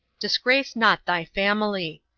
disgrace not thy family.